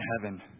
Heaven